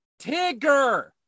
tigger